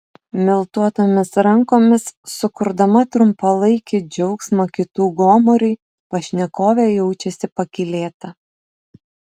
miltuotomis rankomis sukurdama trumpalaikį džiaugsmą kitų gomuriui pašnekovė jaučiasi pakylėta